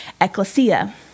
ecclesia